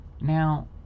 Now